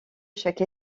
chaque